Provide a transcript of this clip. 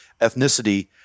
ethnicity –